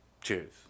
Cheers